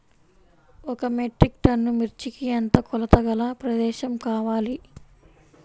ఒక metric ton మిర్చికి ఎంత కొలతగల ప్రదేశము కావాలీ?